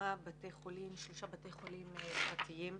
משלושה בתי חולים פרטיים.